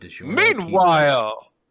Meanwhile